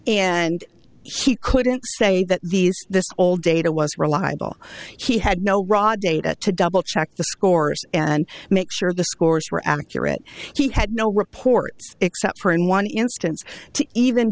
and she couldn't say that this old data was reliable he had no raw data to double check the scores and make sure the scores were accurate he had no reports except for in one instance to even